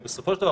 בסופו של דבר,